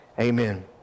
Amen